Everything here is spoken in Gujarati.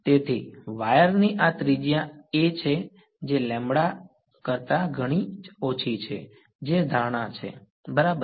તેથી વાયર ની આ ત્રિજ્યા a છે જે લેમ્બડા કરતા ઘણી જ ઓછી છે જે ધારણા છે બરાબર